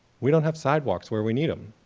we don't have sidewalks where we need them.